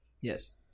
Yes